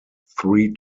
three